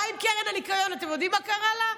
מה עם קרן הניקיון, אתם יודעים מה קרה לה?